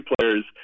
players